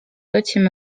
otsima